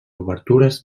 obertures